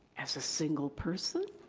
as a single person,